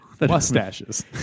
Mustaches